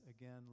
again